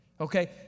Okay